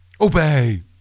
Obey